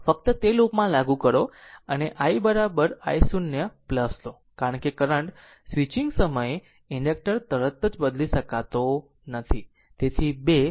ફક્ત તે લૂપમાં લાગુ કરો અને I i0 લો કારણ કે કરંટ સ્વિચિંગ સમયે ઇન્ડેક્ટર તરત જ બદલી શકતો નથી